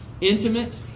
intimate